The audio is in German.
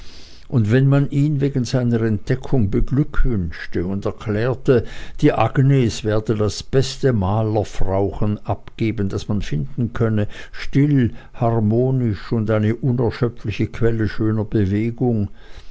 und wenn man ihn wegen seiner entdeckung beglückwünschte und erklärte die agnes werde das beste malerfrauchen abgeben das man finden könne still harmonisch und eine unerschöpfliche quelle schöner bewegung